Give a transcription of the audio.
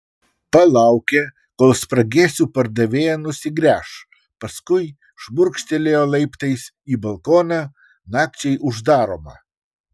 palaukė kol spragėsių pardavėja nusigręš paskui šmurkštelėjo laiptais į balkoną nakčiai uždaromą